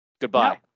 goodbye